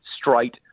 straight